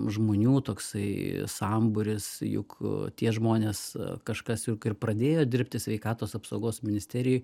žmonių toksai sambūris juk tie žmonės kažkas juk ir pradėjo dirbti sveikatos apsaugos ministerijoj